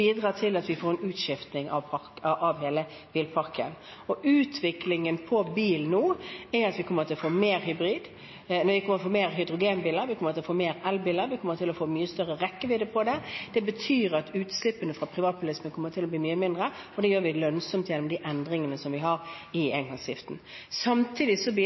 av hele bilparken. Utviklingen på bil nå er at vi kommer til å få mer hybrid, vi kommer til å få flere hydrogenbiler, vi kommer til å få flere elbiler, vi kommer til å få mye større rekkevidde på det. Det betyr at utslippene fra privatbilismen kommer til å bli mye mindre, og det gjør vi lønnsomt gjennom de endringene som vi har i engangsavgiften. Samtidig